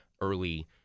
early